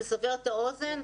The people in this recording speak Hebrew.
לסבר את האוזן,